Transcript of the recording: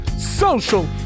Social